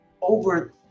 Over